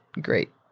great